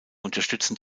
unterstützen